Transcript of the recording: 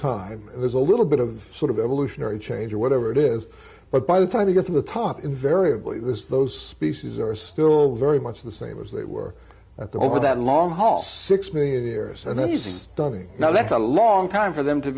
time there's a little bit of sort of evolutionary change or whatever it is but by the time he gets in the top invariably this those species are still very much the same as they were at the over that long haul six million years and anything stunning now that's a long time for them to